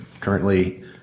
currently